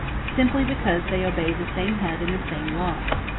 simply because they obey the same head and the same laws.